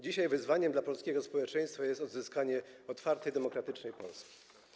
Dzisiaj wyzwaniem dla polskiego społeczeństwa jest odzyskanie otwartej, demokratycznej Polski.